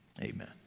Amen